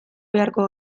beharko